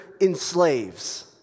enslaves